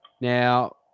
now